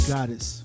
Goddess